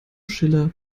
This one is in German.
schiller